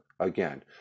Again